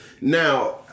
Now